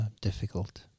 difficult